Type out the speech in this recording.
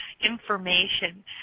information